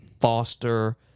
foster